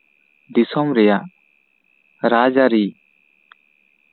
ᱫᱤᱥᱚᱢ ᱨᱮᱭᱟᱜ ᱨᱟᱡᱽ ᱟᱹᱨᱤ